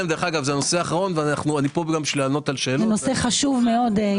נושא חשוב מאוד.